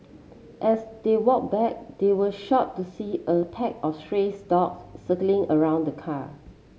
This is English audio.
as they walk back they were shocked to see a pack of strays dogs circling around the car